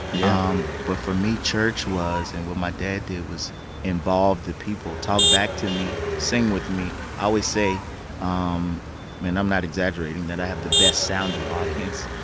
yeah um but for me, church was and what my dad did was involve the people talk back to me, sing with me. i always say i um mean, i'm not exaggerating that i have the best-sounding audience.